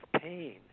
pain